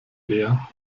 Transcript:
leer